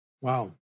Wow